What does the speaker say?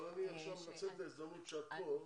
אבל אני עכשיו מנצל את ההזדמנות שאת פה.